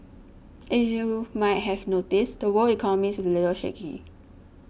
as you might have noticed the world economy is a little shaky